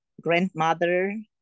Grandmother